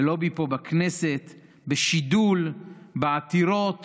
בלובי פה בכנסת, בשידול, בעתירות